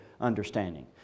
understanding